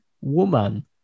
woman